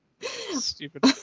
Stupid